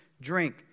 drink